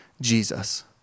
Jesus